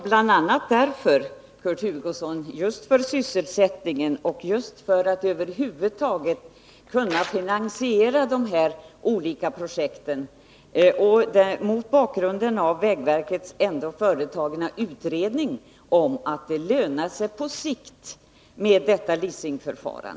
Herr talman! Just med tanke på sysselsättningen och för att vi över huvud taget skall kunna finansiera dessa olika projekt tror jag faktiskt att ett leasingförfarande på sikt kan bli mycket bra.